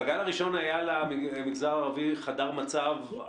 בגל הראשון היה למגזר הערבי חדר מצב אחוד.